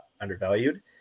undervalued